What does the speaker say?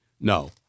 No